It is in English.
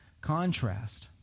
contrast